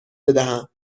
بدهم